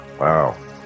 Wow